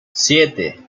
siete